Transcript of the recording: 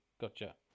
Gotcha